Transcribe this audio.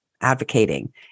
advocating